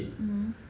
mm